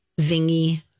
zingy